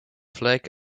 flag